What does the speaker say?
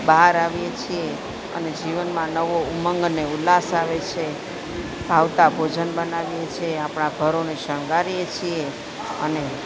બહાર આવીએ છીએ અને જીવનમાં નવો ઉમંગ અને ઉલ્લાસ આવે છે ભાવતા ભોજન બનાવીએ છીએ આપણાં ઘરોને શણગારીએ છીએ અને